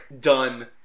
done